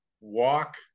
walk